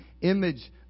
image